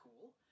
cool